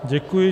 Děkuji.